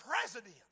president